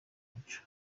muco